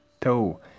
toe